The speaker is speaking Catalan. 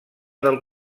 del